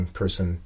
person